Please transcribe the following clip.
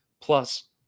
plus